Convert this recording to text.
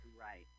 Right